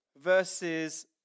versus